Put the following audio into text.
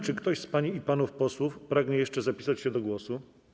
Czy ktoś z pań i panów posłów pragnie jeszcze zapisać się do głosu?